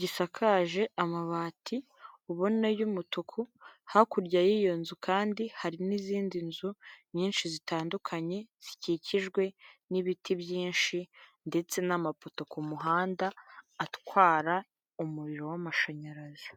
gisakaje amabati ubona y'umutuku, hakurya y'iyo nzu kandi hari n'izindi nzu nyinshi zitandukanye zikikijwe n'ibiti byinshi ndetse n'amapoto ku muhanda atwara umuriro w'amashanyarazi.